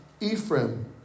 Ephraim